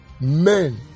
men